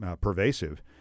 pervasive